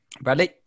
bradley